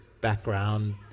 background